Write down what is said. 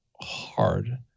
hard